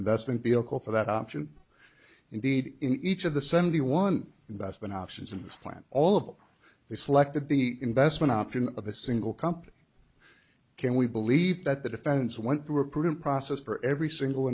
investment vehicle for that option indeed in each of the seventy one investment options in this plan all of them they selected the investment option of a single company can we believe that the defense went through a prudent process for every single